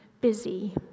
busy